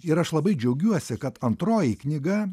ir aš labai džiaugiuosi kad antroji knyga